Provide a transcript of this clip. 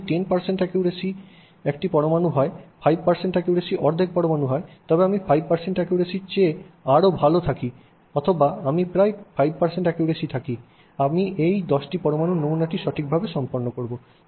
আমার যদি 10 অ্যাকুরেসি একটি পরমাণু হয় 5 অ্যাকুরেসি অর্ধেক পরমাণু হয় যদি আমি 5 অ্যাকুরেসির চেয়ে আরও ভাল থাকি অথবা আমি প্রায় 5 অ্যাকুরেসি থাকি আমি এই 10 পরমাণুর নমুনাটি সঠিকভাবে সম্পন্ন করব